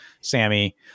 Sammy